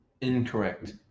Incorrect